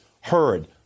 heard